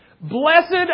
Blessed